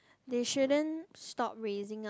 they shouldn't stop raising up